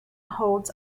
holds